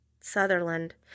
Sutherland